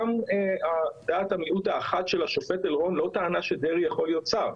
גם דעת המיעוט האחת של השופט אלרון לא טענה שדרעי יכול להיות שר.